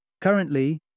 Currently